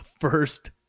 first